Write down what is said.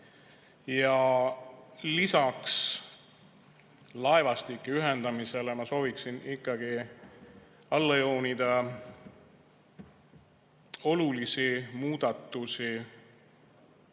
Ja lisaks laevastike ühendamisele ma sooviksin ikkagi alla joonida olulisi muudatusi